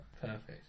Perfect